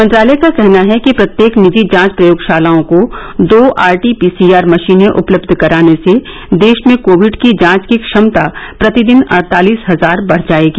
मंत्रालय का कहना है कि प्रत्येक निजी जांच प्रयोगशालाओं को दो आरटीपीसीआर मशीने उपलब्ध कराने से देश में कोविड की जांच की क्षमता प्रतिदिन अड़तालिस हजार बढ जाएगी